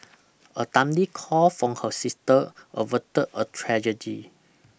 a timely call from her sister averted a tragedy